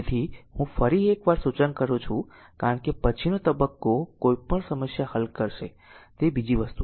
તેથી હું ફરી એકવાર સૂચન કરું છું કારણ કે પછીનો તબક્કો કોઈપણ સમસ્યા હલ કરશે તે બીજી વસ્તુ છે